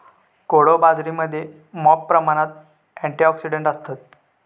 कोडो बाजरीमध्ये मॉप प्रमाणात अँटिऑक्सिडंट्स असतत